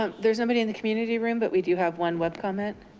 um there's nobody in the community room but we do have one web comment.